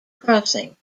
crossing